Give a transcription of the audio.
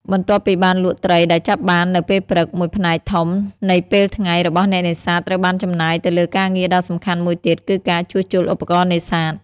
បន្ទាប់ពីបានលក់ត្រីដែលចាប់បាននៅពេលព្រឹក មួយផ្នែកធំនៃពេលថ្ងៃរបស់អ្នកនេសាទត្រូវបានចំណាយទៅលើការងារដ៏សំខាន់មួយទៀត គឺការជួសជុលឧបករណ៍នេសាទ។